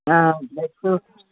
हा बिल्कुलु